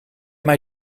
mij